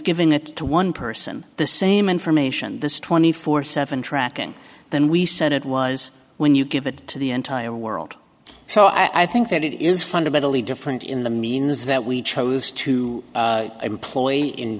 giving that to one person the same information this twenty four seven tracking than we said it was when you give it to the entire world so i think that it is fundamentally different in the means that we chose to employee in